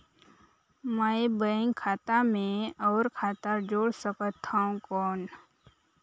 मैं बैंक खाता मे और खाता जोड़ सकथव कौन?